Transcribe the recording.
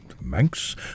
Manx